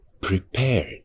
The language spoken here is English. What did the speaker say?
prepared